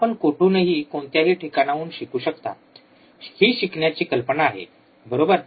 आपण कोठूनही कोणत्याही ठिकाणाहून शिकू शकता ही शिकण्याची कल्पना आहे बरोबर